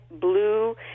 blue